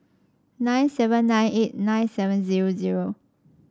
nine seven nine eight nine seven zero zero